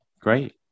Great